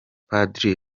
padiri